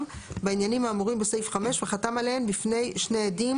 בעניינים האמורים בסעיף 5 וחתם עליהן בפני שני עדים